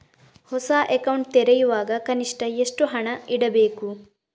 ಹೊಸ ಅಕೌಂಟ್ ತೆರೆಯುವಾಗ ಕನಿಷ್ಠ ಎಷ್ಟು ಹಣ ಇಡಬೇಕು?